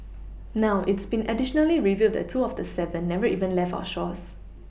now it's been additionally revealed that two of the seven never even left our shores